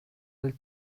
del